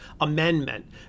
amendment